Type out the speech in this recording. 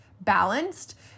balanced